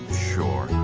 sure.